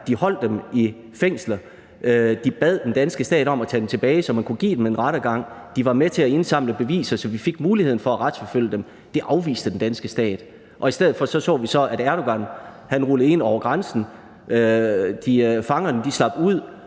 De holdt dem i fængsel. De bad den danske stat om at tage dem tilbage, så man kunne give dem en rettergang. De var med til at indsamle beviser, så vi fik muligheden for at retsforfølge dem. Det afviste den danske stat, og i stedet for så vi så, at Erdogan rullede ind over grænsen. Fangerne slap ud,